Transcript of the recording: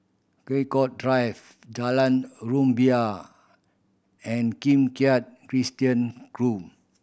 Draycott Drive Jalan Rumbia and Kim Keat Christian Grove